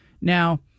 Now